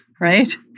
Right